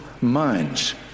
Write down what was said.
minds